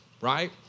right